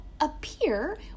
appear